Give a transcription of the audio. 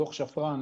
דוח שפרן,